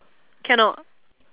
cannot